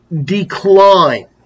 decline